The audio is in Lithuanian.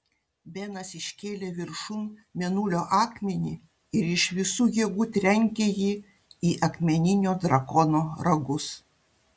benas iškėlė viršun mėnulio akmenį ir iš visų jėgų trenkė jį į akmeninio drakono ragus